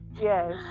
Yes